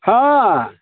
हँ